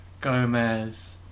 Gomez